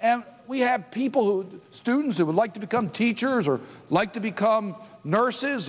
and we have people who are students who would like to become teachers or like to become nurses